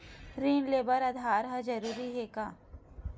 ऋण ले बर आधार ह जरूरी हे का?